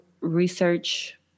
research